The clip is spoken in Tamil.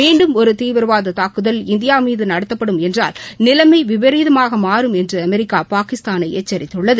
மீண்டும் ஒரு தீவிரவாத தாக்குதல் இந்தியா மீது நடத்தப்படும் என்றால் நிலைமை விபரீதமாக மாறும் என்று அமெரிக்கா பாகிஸ்தானை எச்சரித்துள்ளது